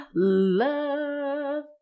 Love